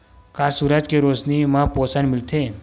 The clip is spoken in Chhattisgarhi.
का सूरज के रोशनी म पोषण मिलथे?